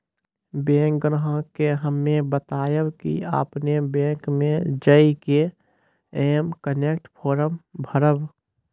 bank ग्राहक के हम्मे बतायब की आपने ने बैंक मे जय के एम कनेक्ट फॉर्म भरबऽ